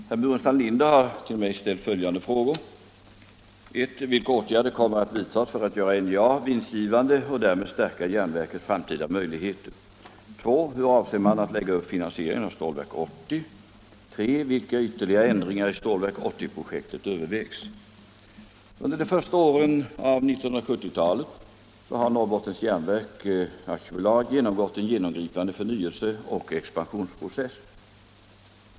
Herr talman! Herr Burenstam Linder har till mig ställt följande frågor. 1. Vilka åtgärder kommer att vidtas för att göra NJA vinstgivande och därmed stärka järnverkets framtida möjligheter? 2. Hur avser man att lägga upp finansieringen av Stålverk 80? 3. Vilka ytterligare ändringar i Stålverk 80-projektet övervägs? Under de första åren av 1970-talet har Norrbottens Järnverk AB genomgått en genomgripande förnyelseoch expansionsprocess.